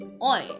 on